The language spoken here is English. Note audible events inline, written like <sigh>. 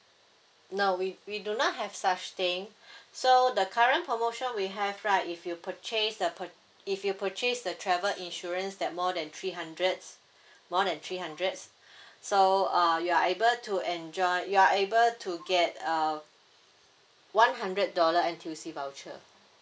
no we we do not have such thing <breath> so the current promotion we have right if you purchase the p~ if you purchase the travel insurance that more than three hundreds more than three hundreds so uh you are able to enjoy you are able to get uh one hundred dollar N_T_U_C voucher